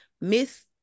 Miss